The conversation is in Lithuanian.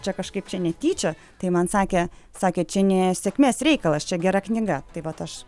čia kažkaip čia netyčia tai man sakė sakė čia ne sėkmės reikalas čia gera knyga tai vat aš